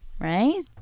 Right